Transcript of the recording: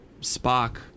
Spock